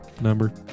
Number